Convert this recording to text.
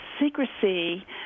secrecy